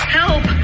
help